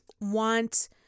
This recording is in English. want